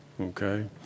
Okay